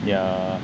yeah